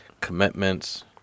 commitments